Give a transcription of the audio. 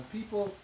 People